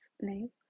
name